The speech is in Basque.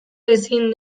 ezin